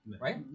Right